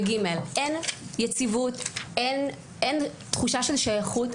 וג'' אין יציבות, אין תחושה של שייכות.